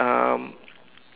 um